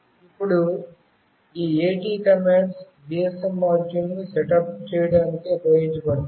ఇప్పుడు ఈ AT commands GSM మాడ్యూల్ను సెటప్ చేయడానికి ఉపయోగించబడతాయి